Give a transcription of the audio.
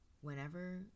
Whenever